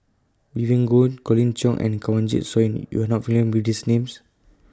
Vivien Goh Colin Cheong and Kanwaljit Soin YOU Are not familiar with These Names